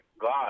God